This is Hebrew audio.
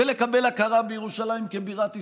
ולקבל הכרה בירושלים כבירת ישראל,